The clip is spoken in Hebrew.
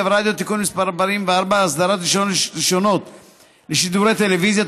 ורדיו (תיקון מס' 44) (אסדרת רישיונות לשידורי טלוויזיה),